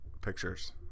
Pictures